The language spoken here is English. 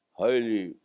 highly